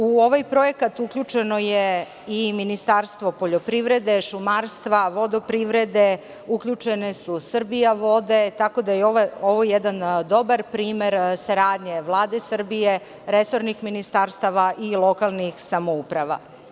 U ovaj projekat uključeno je i Ministarstvo poljoprivrede, šumarstva, vodoprivrede, uključene su "Srbijavode", tako da je ovo jedan dobar primer saradnje Vlade Srbije, resornih ministarstava i lokalnih samouprava.